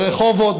ברחובות,